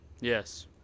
Yes